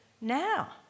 now